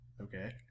Okay